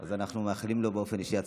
אז אנחנו מאחלים לו באופן אישי הצלחה.